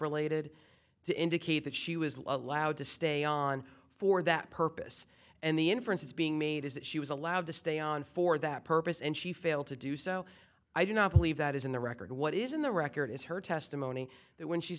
related to indicate that she was allowed to stay on for that purpose and the inference is being made is that she was allowed to stay on for that purpose and she failed to do so i do not believe that is in the record what is in the record is her testimony that when she